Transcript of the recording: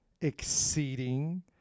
exceeding